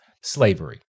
Slavery